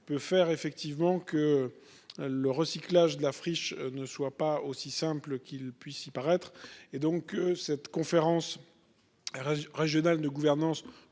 peut faire effectivement que. Le recyclage de la friche ne soit pas aussi simple qu'il puisse y paraître. Et donc cette conférence. Est régional de gouvernance